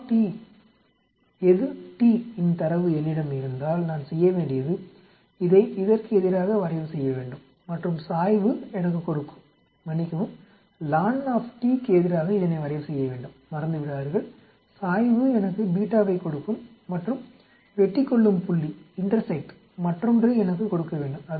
Q எதிர் t இன் தரவு என்னிடம் இருந்தால் நான் செய்ய வேண்டியது இதை இதற்கு எதிராக வரைவுசெய்யவேண்டும் மற்றும் சாய்வு எனக்கு கொடுக்கும் மன்னிக்கவும் ln க்கு எதிராக இதனை வரைவுசெய்யவேண்டும் மறந்துவிடாதீர்கள் சாய்வு எனக்கு βவைக் கொடுக்கும் மற்றும் வெட்டிக்கொள்ளும் புள்ளி மற்றொன்றை எனக்கு கொடுக்க வேண்டும்அது